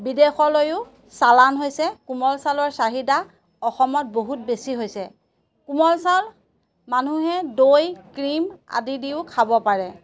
বিদেশলৈও চালান হৈছে কোমল চাউলৰ চাহিদা অসমত বহুত বেছি হৈছে কোমল চাউল মানুহে দৈ ক্ৰীম আদি দিও খাব পাৰে